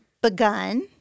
begun